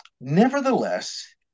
nevertheless